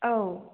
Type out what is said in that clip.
औ